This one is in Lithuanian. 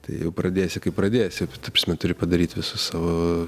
tai jau pradėsi kaip pradėsi ta prasme turi padaryti visus savo